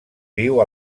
viu